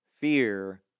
fear